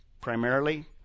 primarily